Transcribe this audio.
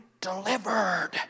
delivered